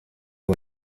ari